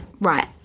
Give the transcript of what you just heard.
Right